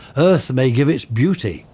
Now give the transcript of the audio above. earth may give its beauty,